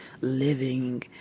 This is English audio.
living